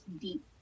deep